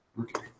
Okay